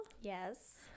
yes